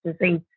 disease